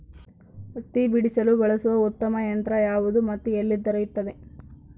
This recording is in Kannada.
ಹತ್ತಿ ಬಿಡಿಸಲು ಬಳಸುವ ಉತ್ತಮ ಯಂತ್ರ ಯಾವುದು ಮತ್ತು ಎಲ್ಲಿ ದೊರೆಯುತ್ತದೆ?